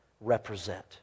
represent